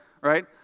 right